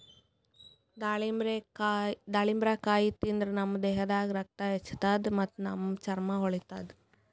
ದಾಳಿಂಬರಕಾಯಿ ತಿಂದ್ರ್ ನಮ್ ದೇಹದಾಗ್ ರಕ್ತ ಹೆಚ್ಚ್ ಆತದ್ ಮತ್ತ್ ನಮ್ ಚರ್ಮಾ ಹೊಳಿತದ್